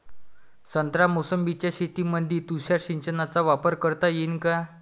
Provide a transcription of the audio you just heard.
संत्रा मोसंबीच्या शेतामंदी तुषार सिंचनचा वापर करता येईन का?